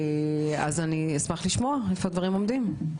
אני אשמח לשמוע איפה הדברים עומדים.